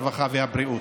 הרווחה והבריאות.